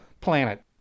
planet